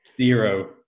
Zero